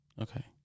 Okay